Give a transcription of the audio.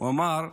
הוא אמר: